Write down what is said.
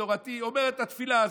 אומר את התפילה הזאת.